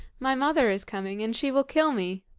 my mother is coming, and she will kill me.